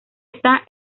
está